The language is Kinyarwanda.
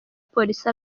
polisi